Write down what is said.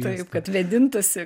taip kad vėdintųsi